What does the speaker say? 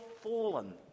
fallen